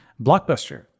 Blockbuster